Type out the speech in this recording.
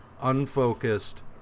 unfocused